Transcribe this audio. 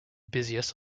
busiest